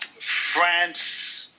France